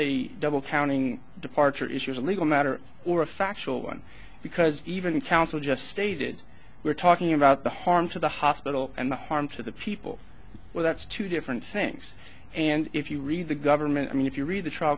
a double counting departure issue is a legal matter or a factual one because even counsel just stated we're talking about the harm to the hospital and the harm to the people well that's two different things and if you read the government i mean if you read the trial